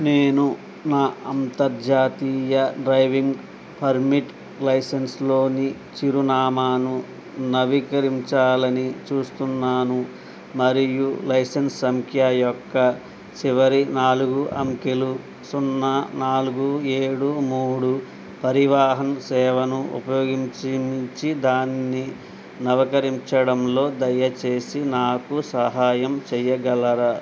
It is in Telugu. నేను నా అంతర్జాతీయ డ్రైవింగ్ పర్మిట్ లైసెన్స్లోని చిరునామాను నవీకరించాలని చూస్తున్నాను మరియు లైసెన్స్ సంఖ్య యొక్క చివరి నాలుగు అంకెలు సున్నా నాలుగు ఏడు మూడు పరివాహన్ సేవను ఉపయోగించి దాన్ని నవీకరించడంలో దయచేసి నాకు సహాయం చేయగలరా